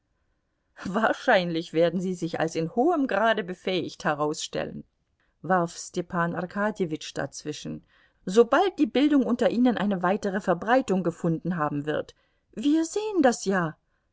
wahrscheinlich werden sie sich als in hohem grade befähigt herausstellen warf stepan arkadjewitsch dazwischen sobald die bildung unter ihnen eine weitere verbreitung gefunden haben wird wir sehen das ja